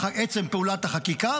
עצם פעולת החקיקה,